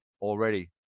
already